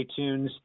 iTunes